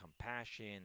compassion